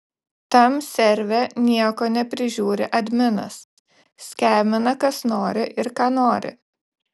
tam serve nieko neprižiūri adminas skemina kas nori ir ką nori